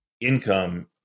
income